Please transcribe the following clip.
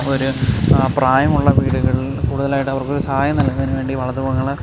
ഒരു പ്രായമുള്ള വീടുകൾ കൂടുതലായിട്ട് അവർക്ക് ഒരു സഹായം നൽകുന്നതിനു വേണ്ടി വളർത്തു മൃഗങ്ങളെ